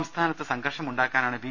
സംസ്ഥാനത്ത് സംഘർഷമുണ്ടാക്കാനാണ് ബി